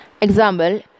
Example